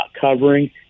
covering